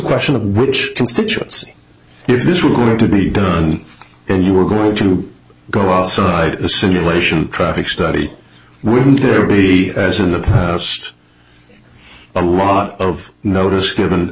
question of which constituency if this was going to be done and you were going to go outside the simulation traffic study wouldn't there be as in the past a lot of notice given